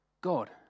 God